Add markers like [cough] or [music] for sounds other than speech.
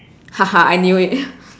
[laughs] I knew it